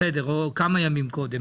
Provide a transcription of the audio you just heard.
או כמה ימים קודם.